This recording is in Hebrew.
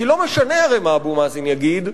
כי לא משנה הרי מה אבו מאזן יגיד,